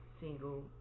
single